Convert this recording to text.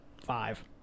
five